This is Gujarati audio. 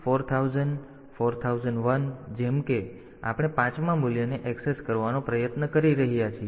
તેથી 4000 4001 જેમ કે તેથી આપણે પાંચમા મૂલ્યને ઍક્સેસ કરવાનો પ્રયાસ કરી રહ્યા છીએ